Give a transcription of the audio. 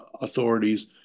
authorities